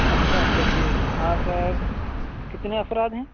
اچھا اچھا جی آپ کتنے افراد ہیں